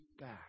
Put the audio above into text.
back